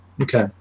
Okay